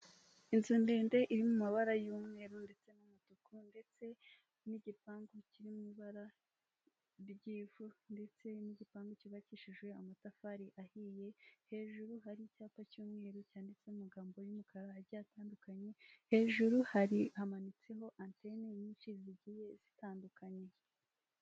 Inzu ndende iri mu mabara y'umweru ndetse n'umutuku ndetse n'igipangu kiri mu ibara ry'ivu, ndetse n'igipangu cyubakishije amatafari ahiye, hejuru hari icyapa cy'umweru cyanditseho amagambo y'umukara agiye atandukanye, hejuru hamanitseho antene nyinshi zigiye zitandukanye.